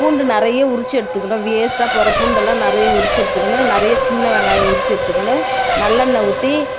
பூண்டு நிறைய உரித்து எடுத்துக்கணும் வேஸ்ட்டாக போகிற பூண்டெல்லாம் நிறைய உரித்து எடுத்துக்கணும் நிறைய சின்ன வெங்காயம் உரித்து எடுத்துக்கின்னு நல்லெண்ணய் ஊற்றி